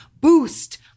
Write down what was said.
boost